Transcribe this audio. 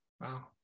wow